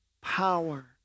power